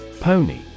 Pony